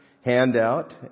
handout